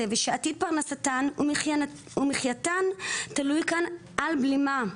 ושעתיד פרנסתן ומחייתן תלוי כאן על בלימה.